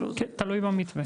כן, תלוי במתווה.